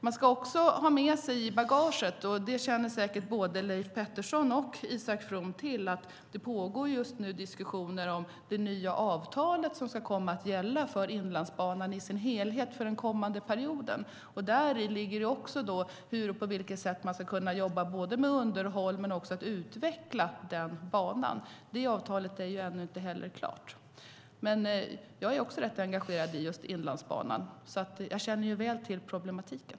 Man ska också ha med sig i bagaget - det känner säkert både Leif Pettersson och Isak From till - att det just nu pågår diskussioner om det nya avtalet som ska gälla för Inlandsbanan i sin helhet för den kommande perioden. Däri ligger också hur och på vilket sätt man ska jobba med både underhåll och utveckling av banan. Det avtalet är ännu inte klart. Jag är också rätt engagerad i Inlandsbanan, och jag känner väl till problemen.